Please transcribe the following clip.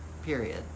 period